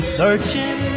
searching